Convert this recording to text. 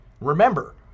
Remember